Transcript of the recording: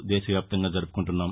దేశవ్యాప్తంగా జరుపుకుంటున్నాం